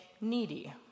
needy